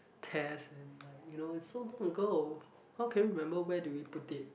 test and like you know it's so long ago how can we remember where do we put it